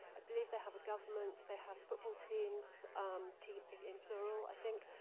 i believe they have a government, they have football teams um teams in plural i think.